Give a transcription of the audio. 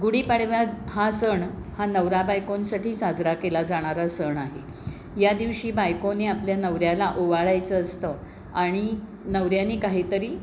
गुढीपाडवा हा सण हा नवरा बायकोंसाठी साजरा केला जाणारा सण आहे या दिवशी बायकोने आपल्या नवऱ्याला ओवाळायचं असतं आणि नवऱ्याने काहीतरी